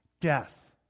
Death